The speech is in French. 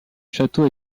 château